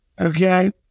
okay